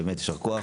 באמת ישר כוח.